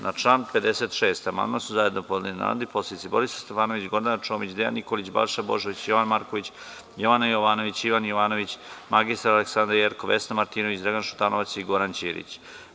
Na član 56. amandman su zajedno podneli narodni poslanici Borislav Stefanović, Gordana Čomić, Dejan Nikolić, Balša Božović, Jovan Marković, Jovana Jovanović, Ivan Jovanović, mr Aleksandra Jerkov, Vesna Martinović, Dragan Šutanovac i Goran Ćirić.